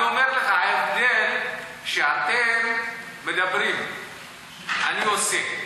אני אומר לך, ההבדל הוא שאתם מדברים, אני עושה.